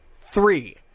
Three